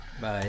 Bye